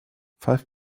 five